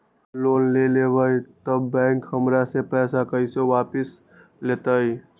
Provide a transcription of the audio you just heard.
हम लोन लेलेबाई तब बैंक हमरा से पैसा कइसे वापिस लेतई?